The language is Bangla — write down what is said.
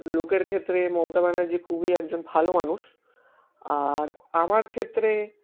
লোকের ক্ষেত্রে মমতা ব্যানার্জি খুবই একজন ভালো মানুষ আর আমার ক্ষেত্রে